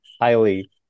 highly